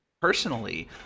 Personally